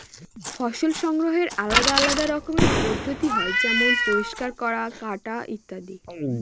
ফসল সংগ্রহের আলাদা আলদা রকমের পদ্ধতি হয় যেমন পরিষ্কার করা, কাটা ইত্যাদি